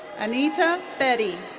aneetta betty.